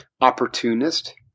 opportunist